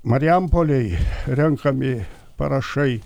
marijampolėj renkami parašai